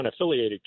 unaffiliated